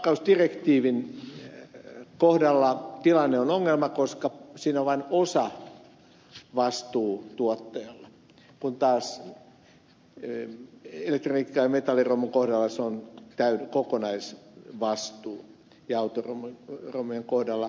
sitten pakkausdirektiivin kohdalla tilanne on ongelma koska siinä on vain osavastuu tuottajalla kun taas elektroniikka ja metalliromun kohdalla se on kokonaisvastuu samoin autoromujen kohdalla